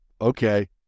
okay